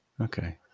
Okay